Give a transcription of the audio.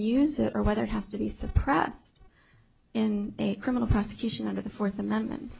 use it or whether it has to be suppressed in a criminal prosecution under the fourth amendment